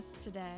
today